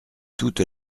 toute